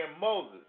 Moses